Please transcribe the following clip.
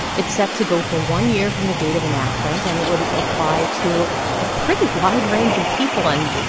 it's set to go for one year from the date of enactment, and it would apply to a pretty wide range of people. and,